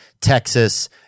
Texas